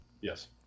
Yes